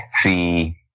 See